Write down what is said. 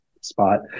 spot